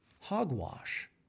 Hogwash